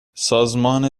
سازمان